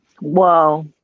Wow